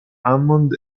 hammond